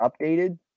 updated